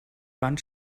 wand